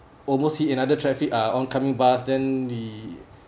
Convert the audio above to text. almost see another traffic are oncoming bus then we